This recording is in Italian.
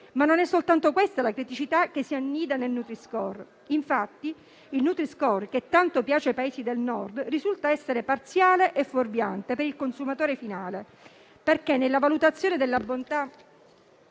Ma non è soltanto questa la criticità che si annida nel nutri-score. Infatti, il nutri-score che tanto piace ai Paesi del Nord risulta essere parziale e fuorviante per il consumatore finale, perché nella valutazione della bontà